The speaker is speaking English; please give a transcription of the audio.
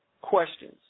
questions